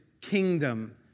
kingdom